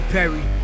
Perry